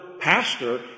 pastor